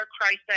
crisis